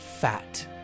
fat